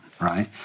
right